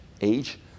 age